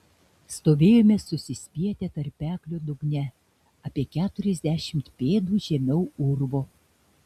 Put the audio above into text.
stovėjome susispietę tarpeklio dugne apie keturiasdešimt pėdų žemiau urvo